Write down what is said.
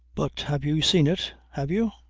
but have you seen it. have you?